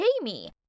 Jamie